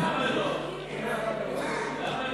למה לא?